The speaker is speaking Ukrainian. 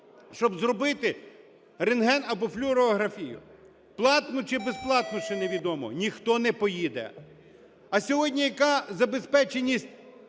щоб зробити рентген або флюорографію, платну чи безплатну, ще невідомо, ніхто не поїде. А сьогодні яка забезпеченість